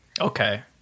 Okay